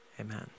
amen